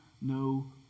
no